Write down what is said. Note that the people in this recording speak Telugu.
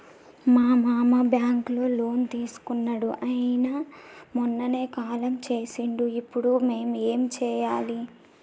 మా మామ బ్యాంక్ లో లోన్ తీసుకున్నడు అయిన మొన్ననే కాలం చేసిండు ఇప్పుడు మేం ఏం చేయాలి?